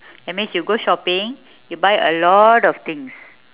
that means you go shopping you buy a lot of things